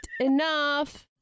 enough